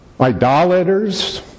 idolaters